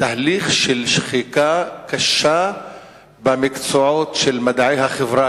תהליך של שחיקה קשה במקצועות של מדעי החברה,